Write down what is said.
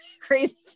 crazy